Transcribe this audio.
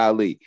Ali